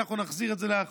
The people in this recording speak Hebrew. אנחנו נחזיר את זה אחורה.